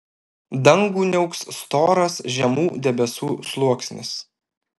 dangų niauks storas žemų debesų sluoksnis